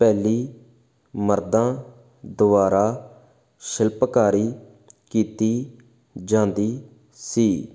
ਪਹਿਲੀ ਮਰਦਾਂ ਦੁਆਰਾ ਸ਼ਿਲਪਕਾਰੀ ਕੀਤੀ ਜਾਂਦੀ ਸੀ